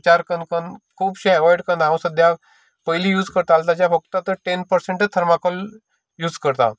करपाक खुबशें एवोयड करून त्या पयली यूज करतालो त्या ताजें फक्त टेन पर्सेंट थरमाकोल यूज करतां